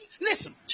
listen